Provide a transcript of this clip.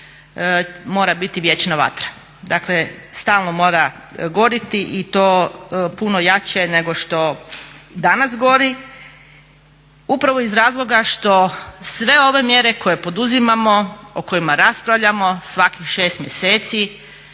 mora biti vječna vatra. Dakle, stalno mora gorjeti i to puno jače nego što danas gori upravo iz razloga što sve ove mjere koje poduzimamo, o kojima raspravljamo svakih 6 mjeseci